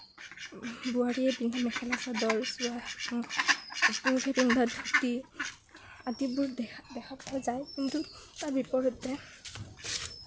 বোৱাৰীয়ে পিন্ধে মেখেলা চাদৰ আদিবোৰ দেখা দেখা পোৱা যায় কিন্তু তাৰ বিপৰীতে